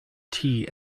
tea